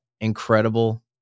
incredible